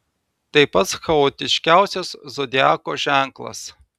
tai pats chaotiškiausias zodiako ženklas